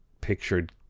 pictured